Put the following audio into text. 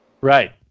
Right